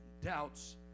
doubts